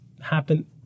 happen